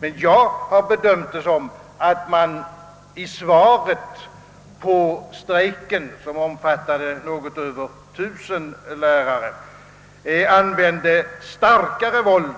Men jag har bedömt det så, att avtalsverket i sitt svar på strejken, som omfattade något över 1000 lärare, använde större våld